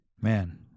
man